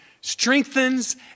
strengthens